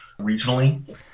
regionally